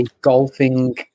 golfing